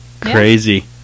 Crazy